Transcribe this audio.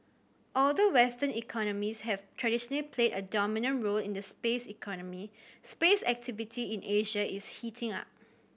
although western economies have traditionally played a dominant role in the space economy space activity in Asia is heating up